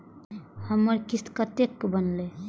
हमर किस्त कतैक बनले?